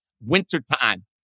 wintertime